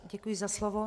Děkuji za slovo.